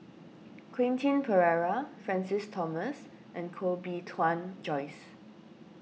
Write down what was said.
Quentin Pereira Francis Thomas and Koh Bee Tuan Joyce